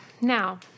now